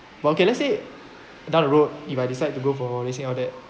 well okay let's say down the road if I decide to go for lasik all that